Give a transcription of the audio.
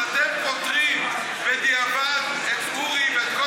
אבל אתם פוטרים בדיעבד את אורי ואת כל